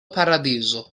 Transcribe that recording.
paradizo